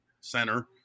center